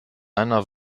einer